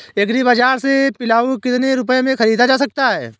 Agree बाजार से पिलाऊ कितनी रुपये में ख़रीदा जा सकता है?